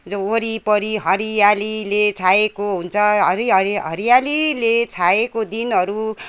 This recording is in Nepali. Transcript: वरिपरि हरियालीले छाएको हुन्छ हरि हरि हरियालीले छाएको दिनहरू